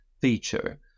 feature